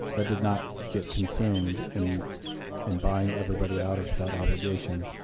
that did not get consumed in in buying everybody out of that obligation.